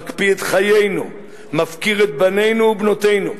מקפיא את חיינו, מפקיר את בנינו ובנותינו,